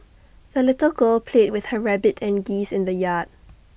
the little girl played with her rabbit and geese in the yard